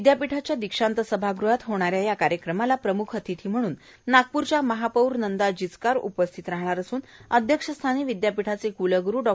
विद्यापीठाच्या दीक्षांत सभागृहात होणाऱ्या या कार्यक्रमाला प्रम्ख अतिथी म्हणून नागप्रच्या महापौर नंदा जिचकार उपस्थित राहणार असून अध्यक्षस्थानी विद्यापीठाचे क्लग्रू डॉ